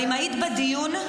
אם היית בדיון,